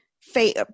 faith